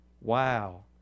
wow